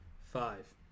Five